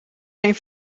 zijn